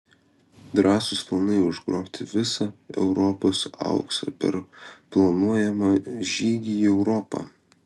drąsūs planai užgrobti visą europos auksą per planuojamą žygį į europą